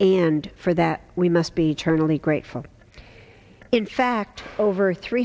and for that we must be eternally grateful in fact over three